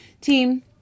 team